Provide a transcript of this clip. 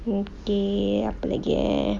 okay apa lagi eh